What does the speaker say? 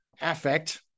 Affect